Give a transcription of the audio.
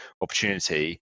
opportunity